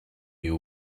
you